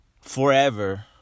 forever